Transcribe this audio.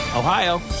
Ohio